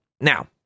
Now